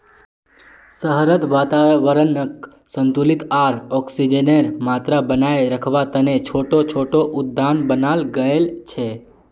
शहरत वातावरनक संतुलित आर ऑक्सीजनेर मात्रा बनेए रखवा तने छोटो छोटो उद्यान बनाल गेल छे